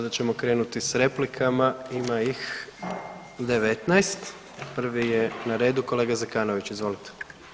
Sada ćemo krenuti s replikama, ima ih 19, prvi je na redu kolega Zekanović, izvolite.